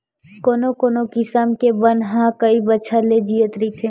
कोनो कोनो किसम के बन ह कइ बछर ले जियत रहिथे